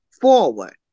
forward